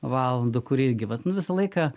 valandų kurį irgi vat nu visą laiką